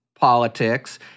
politics